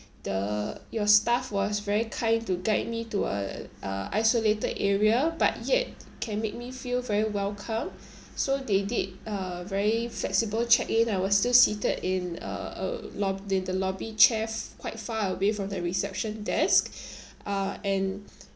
the your staff was very kind to guide me to a uh isolated area but yet can make me feel very welcome so they did a very flexible check in I was still seated in a a lob~ in the lobby chairs quite far away from the reception desk uh and